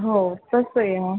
हो तसे हां